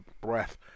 breath